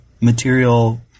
material